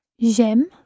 J'aime